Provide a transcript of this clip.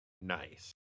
nice